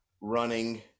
running